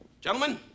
gentlemen